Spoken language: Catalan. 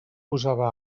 posava